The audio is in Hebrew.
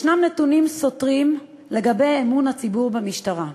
יש נתונים סותרים לגבי אמון הציבור במשטרה.